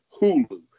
Hulu